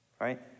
right